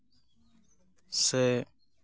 ᱥᱮ